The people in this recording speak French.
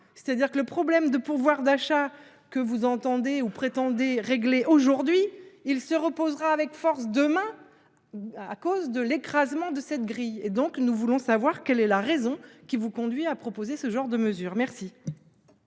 c'est-à-dire que le problème de pouvoir d'achat que vous entendez ou prétendait régler aujourd'hui il se reposera avec force demain. À cause de l'écrasement de cette grille et donc nous voulons savoir quelle est la raison qui vous conduit à proposer ce genre de mesure. Merci.